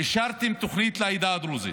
אישרתם תוכנית לעדה הדרוזית.